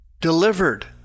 delivered